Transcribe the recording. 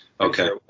okay